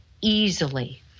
easily